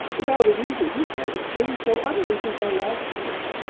without a reason you can't have changed so utterly since our last talk.